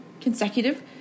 consecutive